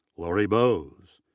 lori bowes,